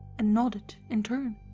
and nodded in turn.